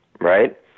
right